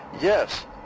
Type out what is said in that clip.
Yes